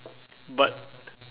but